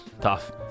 tough